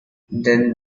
then